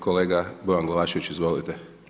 Kolega Bojan Glavašević, izvolite.